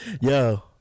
Yo